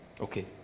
Okay